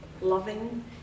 loving